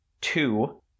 two